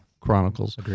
Chronicles